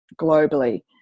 globally